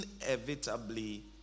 inevitably